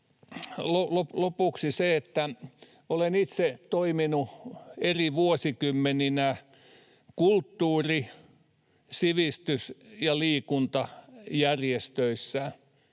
lopuksi se, että olen itse toiminut eri vuosikymmeninä kulttuuri-, sivistys- ja liikuntajärjestöissä,